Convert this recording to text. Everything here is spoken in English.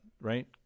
right